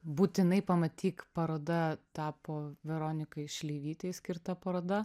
būtinai pamatyk paroda tapo veronikai šleivytei skirta paroda